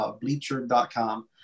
Bleacher.com